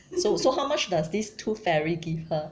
so so how much does this tooth fairy give her